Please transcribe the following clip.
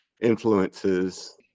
influences